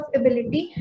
ability